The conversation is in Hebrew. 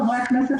חברי הכנסת,